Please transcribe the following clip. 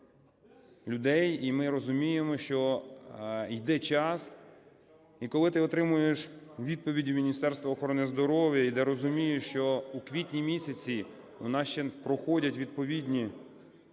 І ми розуміємо, що йде час. І коли ти отримуєш відповіді Міністерства охорони здоров'я, я розумію, що у квітні місяці у нас ще проходять відповідні